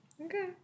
Okay